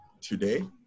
today